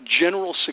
general